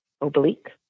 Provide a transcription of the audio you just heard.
oblique